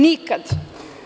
Nikada.